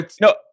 No